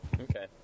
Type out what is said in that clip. Okay